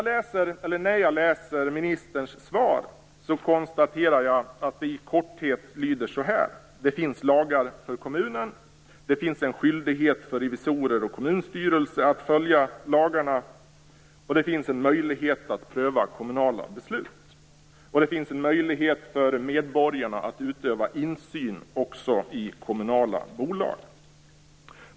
När jag läser ministerns svar konstaterar jag att det i korthet lyder så här: Det finns lagar för kommunen. Det finns en skyldighet för revisorer och kommunstyrelse att följa lagarna. Det finns en möjlighet att pröva kommunala beslut. Det finns en möjlighet för medborgarna att utöva insyn också i kommunala bolag.